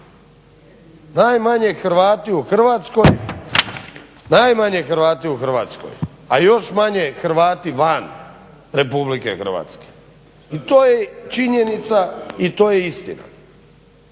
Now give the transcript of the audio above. Najmanje Hrvati u Hrvatskoj a još manje Hrvati van RH. i to je činjenica i to je istina